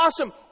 awesome